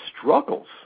struggles